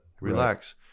relax